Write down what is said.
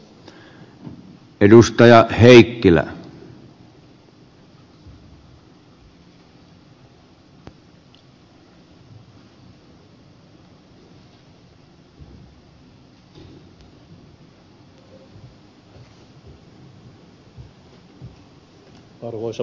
arvoisa puhemies